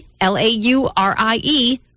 L-A-U-R-I-E